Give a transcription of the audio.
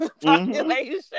population